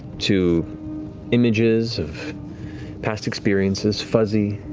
to images of past experiences, fuzzy.